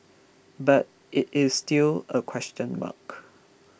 but it is still a question mark